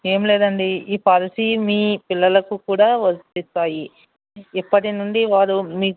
ఏమి లేదండి ఈ పాలసీ మీ పిల్లలకు కూడా వర్తిస్తాయి ఇప్పటినుండి వారు మీకు